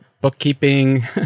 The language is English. Bookkeeping